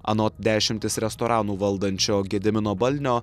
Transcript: anot dešimtis restoranų valdančio gedimino balnio